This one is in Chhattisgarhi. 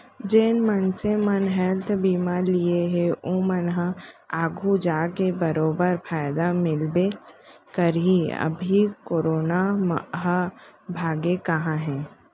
जेन मनसे मन हेल्थ बीमा लिये हें ओमन ल आघु जाके बरोबर फायदा मिलबेच करही, अभी करोना ह भागे कहॉं हे?